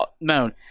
known